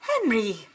Henry